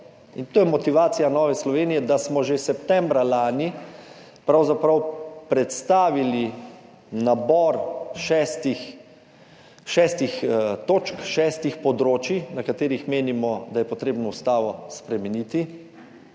In to je motivacija Nove Slovenije, da smo že septembra lani pravzaprav predstavili nabor šestih točk, šestih področij, na katerih menimo, da je potrebno ustavo spremeniti,